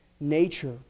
nature